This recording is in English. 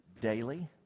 daily